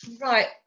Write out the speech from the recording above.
Right